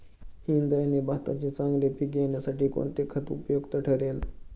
इंद्रायणी भाताचे चांगले पीक येण्यासाठी कोणते खत उपयुक्त ठरेल?